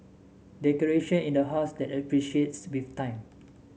decoration in the house that appreciates with time